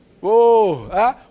whoa